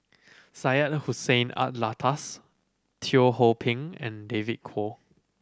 Syed Hussein Alatas Teo Ho Pin and David Kwo